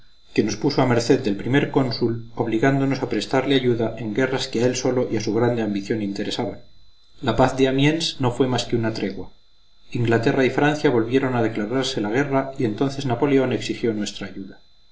que nos puso a merced del primer cónsul obligándonos a prestarle ayuda en guerras que a él solo y a su grande ambición interesaban la paz de amiens no fue más que una tregua inglaterra y francia volvieron a declararse la guerra y entonces napoleón exigió nuestra ayuda